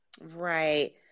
Right